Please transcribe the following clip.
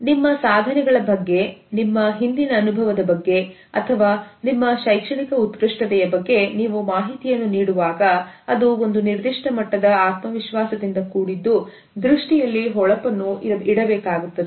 ನಿಮ್ಮ ಸಾಧನೆಗಳ ಬಗ್ಗೆ ನಿಮ್ಮ ಹಿಂದಿನ ಅನುಭವದ ಬಗ್ಗೆ ಅಥವಾ ನಿಮ್ಮ ಶೈಕ್ಷಣಿಕ ಉತ್ಕೃಷ್ಟತೆಯ ಬಗ್ಗೆ ನೀವು ಮಾಹಿತಿಯನ್ನು ನೀಡುವಾಗ ಅದು ಒಂದು ನಿರ್ದಿಷ್ಟ ಮಟ್ಟದ ಆತ್ಮವಿಶ್ವಾಸದಿಂದ ಕೂಡಿದ್ದು ದೃಷ್ಟಿಯಲ್ಲಿ ಹೊಳಪನ್ನು ಇರಬೇಕಾಗುತ್ತದೆ